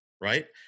right